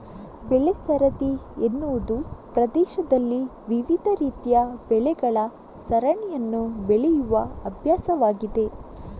ಬೆಳೆ ಸರದಿ ಎನ್ನುವುದು ಪ್ರದೇಶದಲ್ಲಿ ವಿವಿಧ ರೀತಿಯ ಬೆಳೆಗಳ ಸರಣಿಯನ್ನು ಬೆಳೆಯುವ ಅಭ್ಯಾಸವಾಗಿದೆ